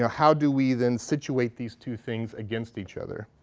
ah how do we then situate these two things against each other.